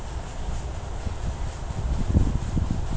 sir ने हमरा से अनुवंशिक परिवर्तन के बारे में पूछल खिन